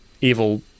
evil